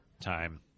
time